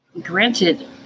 Granted